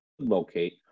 locate